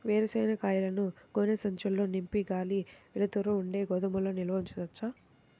వేరుశనగ కాయలను గోనె సంచుల్లో నింపి గాలి, వెలుతురు ఉండే గోదాముల్లో నిల్వ ఉంచవచ్చా?